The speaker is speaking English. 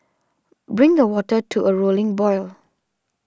bring the water to a rolling boil